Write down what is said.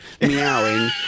meowing